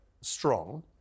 strong